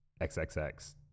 XXX